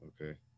Okay